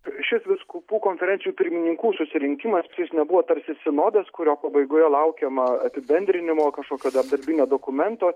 šis vyskupų konferencijų pirmininkų susirinkimas jis nebuvo tarsi sinodas kurio pabaigoje laukiama apibendrinimo kažkokio dar darbinio dokumento